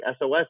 SOS